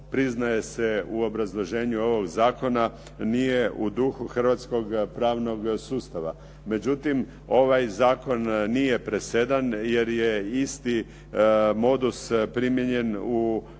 priznaje se u obrazloženju ovog zakona nije u duhu hrvatskog pravnog sustava. Međutim, ovaj zakon nije presedan jer je isti modus primijenjen u još nekim zakonima,